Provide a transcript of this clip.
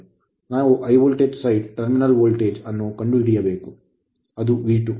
ನಾವು high voltage side high voltage ಬದಿಯಲ್ಲಿ terminal voltage terminal voltage ಅನ್ನು ಕಂಡುಹಿಡಿಯಬೇಕು ಅದು V2